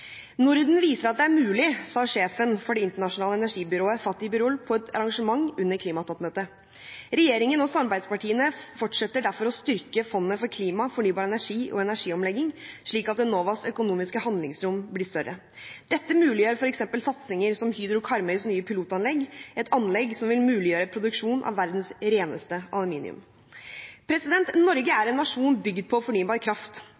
viser at det er mulig», sa sjefen for Det internasjonale energibyrået, Fatih Birol, på et arrangement under klimatoppmøtet. Regjeringen og samarbeidspartiene fortsetter derfor å styrke Fondet for klima, fornybar energi og energiomlegging, slik at Enovas økonomiske handlingsrom blir større. Dette muliggjør f.eks. satsinger som Hydro Karmøys nye pilotanlegg, et anlegg som vil muliggjøre produksjon av verdens reneste aluminium. Norge er en nasjon bygd på fornybar kraft.